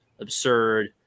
absurd